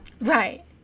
Right